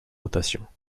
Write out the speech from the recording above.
notations